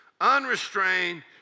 unrestrained